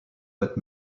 but